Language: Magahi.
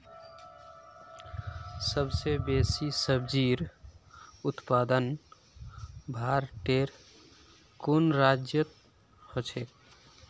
सबस बेसी सब्जिर उत्पादन भारटेर कुन राज्यत ह छेक